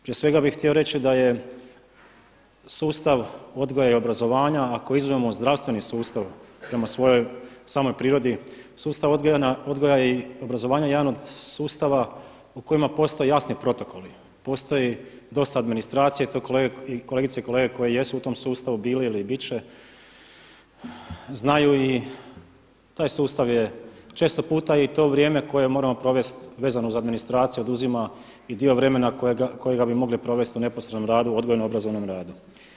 Prije svega bih htio reći da je sustav odgoja i obrazovanja ako izuzmemo zdravstveni sustav prema svojoj samoj prirodi sustav odgoja i obrazovanja javnog sustava u kojima postoje jasni protokoli, postoji dosta administracije, to kolegice i kolege koje jesu u tom sustavu, bili ili bit će znaju i taj sustav je često puta i to vrijeme koje moramo provesti vezano uz administraciju oduzima i dio vremena kojega bi mogli provesti u neposrednom radu, odgojno-obrazovnom radu.